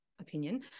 opinion